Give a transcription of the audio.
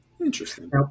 Interesting